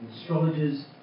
astrologers